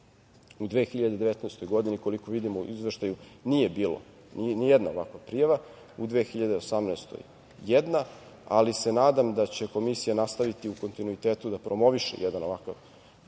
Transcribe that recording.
2019. godini, koliko vidimo u izveštaju, nije bilo nijedne ovakve prijave, u 2018. godini jedna, ali se nadam da će Komisija nastaviti u kontinuitetu da promoviše jedan ovakav mehanizam